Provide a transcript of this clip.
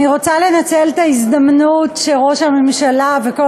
אני רוצה לנצל את ההזדמנות שראש הממשלה וכל